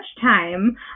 time